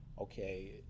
okay